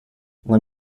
let